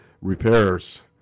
repairs